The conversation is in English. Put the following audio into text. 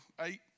eight